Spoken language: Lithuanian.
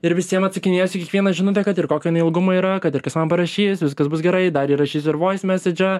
ir visiem atsakinėsiu į kiekvieną žinutę kad ir kokio jinai ilgumo yra kad ir kas man parašys viskas bus gerai dar įrašysiu ir vois mesidžą